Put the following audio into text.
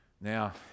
Now